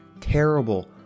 terrible